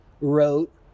wrote